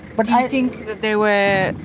but ah think they were